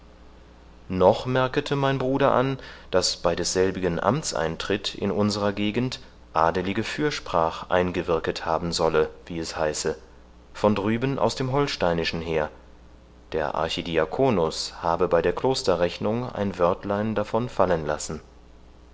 noch merkete mein bruder an daß bei desselbigen amtseintritt in unserer gegend adelige fürsprach eingewirket haben solle wie es heiße von drüben aus dem holsteinischen her der archidiaconus habe bei der klosterrechnung ein wörtlein davon fallen lassen